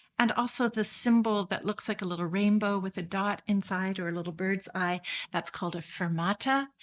and also the symbol that looks like a little rainbow with a dot inside or a little bird's eye that's called a fermata.